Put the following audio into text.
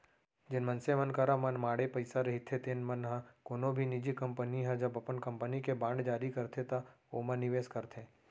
जेन मनसे मन करा मनमाड़े पइसा रहिथे तेन मन ह कोनो भी निजी कंपनी ह जब अपन कंपनी के बांड जारी करथे त ओमा निवेस करथे